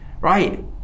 right